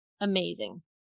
amazing